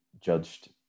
judged